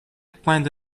planned